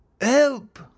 Help